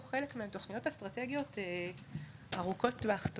חלק מהתוכניות האסטרטגיות ארוכות הטווח,